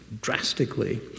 drastically